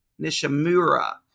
Nishimura